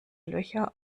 löcher